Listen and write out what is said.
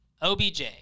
OBJ